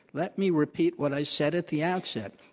let me repeat what i said at the outset.